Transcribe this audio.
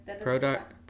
Product